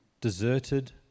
deserted